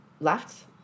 left